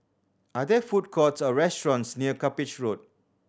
are there food courts or restaurants near Cuppage Road